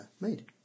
made